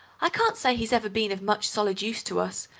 i can't say he's ever been of much solid use to us,